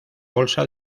bolsa